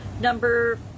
number